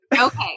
Okay